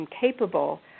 capable